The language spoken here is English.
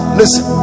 listen